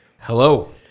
Hello